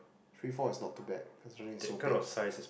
three four is not too bad considering it's so big